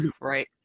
right